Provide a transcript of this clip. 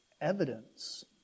evidence